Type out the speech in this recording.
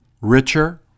richer